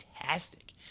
fantastic